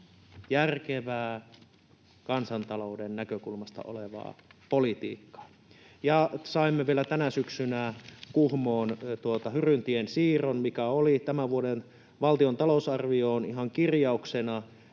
— eli kansantalouden näkökulmasta järkevää politiikkaa. Ja saimme vielä tänä syksynä Kuhmoon Hyryntien siirron, mikä oli tämän vuoden valtion talousarviossa ihan kirjauksena,